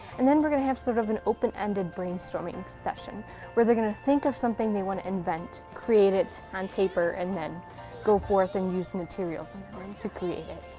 and then we're gonna have sort of an open-ended brainstorming session where they're gonna think of something they want to invent, create it on paper, and then go forth and use materials to create it.